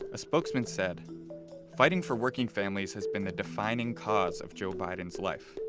a spokesman said fighting for working families has been the defining cause of joe biden's life.